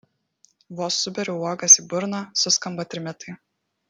vos suberiu uogas į burną suskamba trimitai